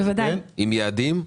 עם יעדים?